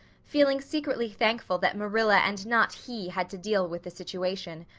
feeling secretly thankful that marilla and not he had to deal with the situation.